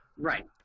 right